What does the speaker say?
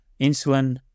insulin